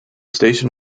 station